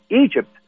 Egypt